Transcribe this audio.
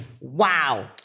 Wow